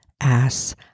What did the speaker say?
ass